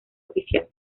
oficial